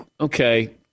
okay